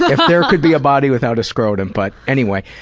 if there could be a body without a scrotum. but anyway.